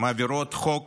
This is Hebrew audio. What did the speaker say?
מעבירות חוק